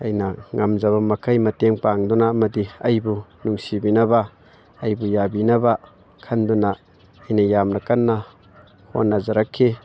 ꯑꯩꯅ ꯉꯝꯖꯕ ꯃꯈꯩ ꯃꯇꯦꯡ ꯄꯥꯡꯗꯨꯅ ꯑꯃꯗꯤ ꯑꯩꯕꯨ ꯅꯨꯡꯁꯤꯕꯤꯅꯕ ꯑꯩꯕꯨ ꯌꯥꯕꯤꯅꯕ ꯈꯟꯗꯨꯅ ꯑꯩꯅ ꯌꯥꯝꯅ ꯀꯟꯅ ꯍꯣꯠꯅꯖꯔꯛꯈꯤ